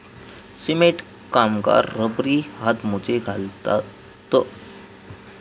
cement कामगार रबरी हातमोजे घालतत